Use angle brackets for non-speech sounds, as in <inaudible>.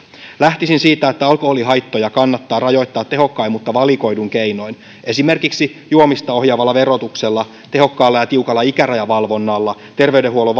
lähtisin siitä että alkoholihaittoja kannattaa rajoittaa tehokkain mutta valikoiduin keinoin esimerkiksi juomista ohjaavalla verotuksella tehokkaalla ja tiukalla ikärajavalvonnalla terveydenhuollon <unintelligible>